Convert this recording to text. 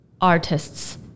artists